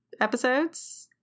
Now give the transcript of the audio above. episodes